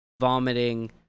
vomiting